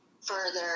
further